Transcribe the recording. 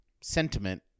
sentiment